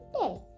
day